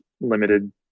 limited